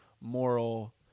moral